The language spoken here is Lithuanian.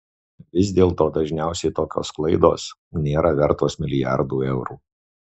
vis dėlto dažniausiai tokios klaidos nėra vertos milijardų eurų